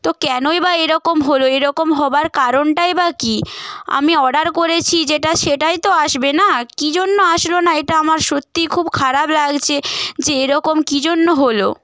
তো কেনই বা এরকম হল এরকম হবার কারণটাই বা কী আমি অর্ডার করেছি যেটা সেটাই তো আসবে না কী জন্য আসলো না এটা আমার সত্যিই খুব খারাপ লাগছে যে এরকম কী জন্য হল